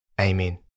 amen